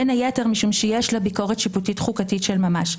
בין היתר משום שיש לה ביקורת שיפוטית חוקתית של ממש.